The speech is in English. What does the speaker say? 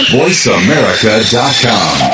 voiceamerica.com